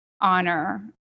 honor